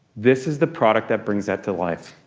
this is the product that brings that to life.